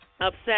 upset